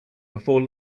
before